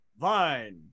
Vine